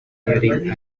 wearing